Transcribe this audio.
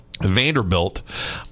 Vanderbilt